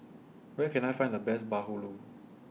Where Can I Find The Best Bahulu